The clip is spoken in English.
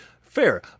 Fair